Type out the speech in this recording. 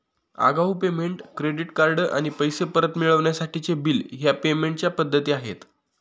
आगाऊ payment, credit card आणि पैसे परत मिळवण्यासाठीचे बिल ह्या पेमेंट च्या पद्धती आहे